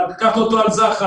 לקחת אותו על זחל,